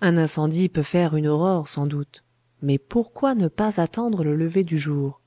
un incendie peut faire une aurore sans doute mais pourquoi ne pas attendre le lever du jour